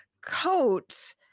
coats